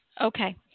Okay